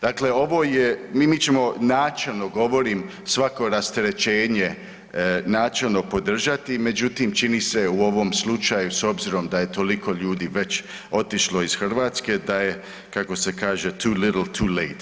Dakle, ovo je, mi ćemo, načelno govorim, svako rasterećenje, načelno podržati, međutim, čini se u ovom slučaju, s obzirom da je toliko ljudi već otišlo iz Hrvatske da je, kako se kaže, too little, too late.